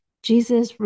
Jesus